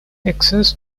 access